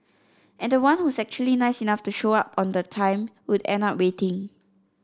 and the one who's actually nice enough to show up on the time would end up waiting